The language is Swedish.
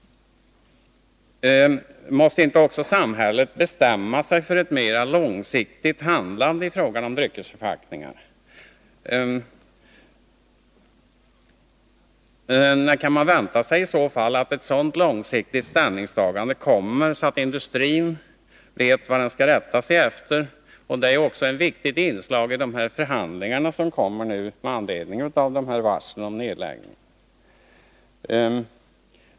Måste inte också samhället bestämma sig för ett mer långsiktigt handlande i fråga om dryckesförpackningar? När kan man i så fall vänta sig ett sådant långsiktigt ställningstagande, så att industrin vet vad den skall rätta sig efter? Detta är också ett viktigt inslag i de förhandlingar som kommer med anledning av varslen om neddragning.